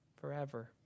forever